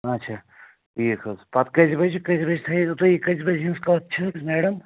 آچھا ٹھیٖک حظ پتہٕ کٔژِ بَجہِ کٔژِ بَجہِ تھَییوُ تۄہہِ یہِ کٔژِ بَجہِ ہِنٛز کَتھ چھےٚحظ میڈم